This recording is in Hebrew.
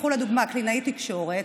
קחו לדוגמה קלינאי תקשורת.